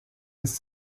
his